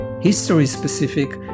history-specific